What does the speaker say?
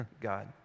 God